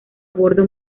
bordo